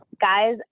guys